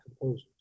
composers